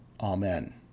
Amen